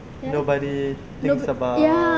nobody thinks about